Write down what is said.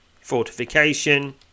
Fortification